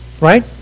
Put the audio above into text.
Right